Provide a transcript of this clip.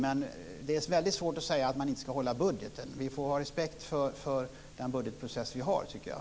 Men det är väldigt svårt att säga att man inte ska hålla budgeten. Vi får ha respekt för den budgetprocess vi har, tycker jag.